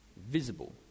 visible